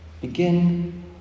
begin